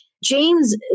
James